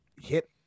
Hit